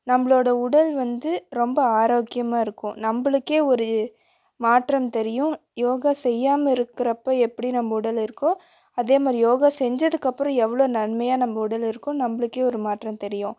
நம்மளோட உடல் வந்து ரொம்ப ஆரோக்கியமாக இருக்கும் நம்மளுக்கே ஒரு மாற்றம் தெரியும் யோகா செய்யாமல் இருக்கிறப்ப எப்படி நம்ம உடல் இருக்கோ அதே மாதிரி யோகா செஞ்சதுக்கு அப்புறம் எவ்வளோ நன்மையாக நம்ப உடல் இருக்கோ நம்மளுக்கே ஒரு மாற்றம் தெரியும்